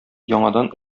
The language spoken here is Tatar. яңадан